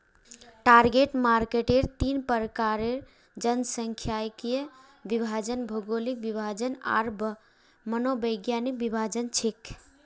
target मार्केटेर तीन प्रकार जनसांख्यिकीय विभाजन, भौगोलिक विभाजन आर मनोवैज्ञानिक विभाजन छेक